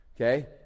okay